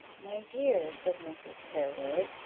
my dear, said mrs. harewood,